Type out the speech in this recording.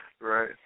Right